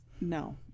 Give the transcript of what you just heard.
No